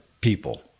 people